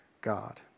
God